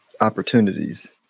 opportunities